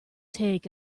take